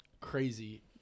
crazy